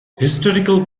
historical